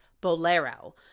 Bolero